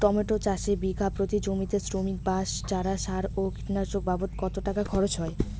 Tomato চাষে বিঘা প্রতি জমিতে শ্রমিক, বাঁশ, চারা, সার ও কীটনাশক বাবদ কত টাকা খরচ হয়?